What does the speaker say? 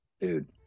Dude